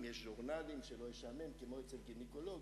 שלא יחבלו בניסוי,